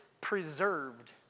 preserved